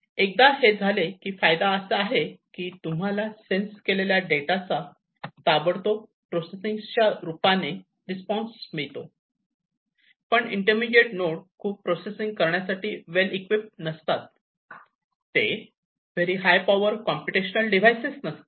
एकदा हे झाले की फायदा असा आहे की तुम्हाला सेन्स केलेल्या डेटाचा ताबडतोब प्रोसेसिंग च्या रूपामध्ये रिस्पॉन्स मिळतो पण इंटरमिजिएट नोंड खूप प्रोसेसिंग करण्यासाठी वेल इक्विपड नसतात ते very high power computational devices नसतात